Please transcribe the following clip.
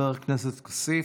חבר הכנסת כסיף,